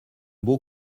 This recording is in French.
beau